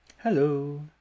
Hello